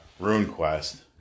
RuneQuest